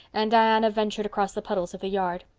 and diana ventured across the puddles of the yard.